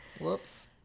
Whoops